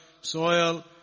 soil